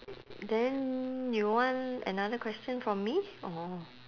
then you want another question from me orh